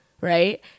right